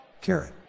Carrot